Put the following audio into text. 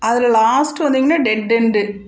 அதில் லாஸ்ட்டு வந்தீங்கனா டெட்டென்டு